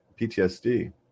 ptsd